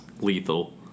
lethal